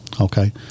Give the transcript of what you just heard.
Okay